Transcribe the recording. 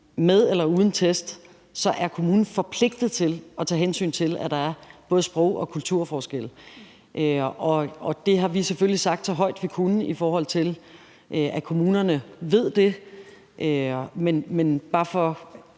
med eller uden test er kommunen forpligtet til at tage hensyn til, at der både er sprog- og kulturforskelle. Det har vi selvfølgelig sagt så højt, vi kunne, i forhold til at kommunerne ved det, men det her